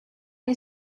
you